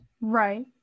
right